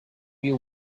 you